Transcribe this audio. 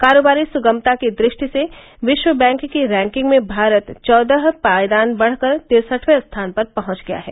कारोबारी सुगमता की दृष्टि से विश्व बैंक की रैंकिंग में भारत चौदह पायदान बढ़कर तिरसठयें स्थान पर पहुंच गया है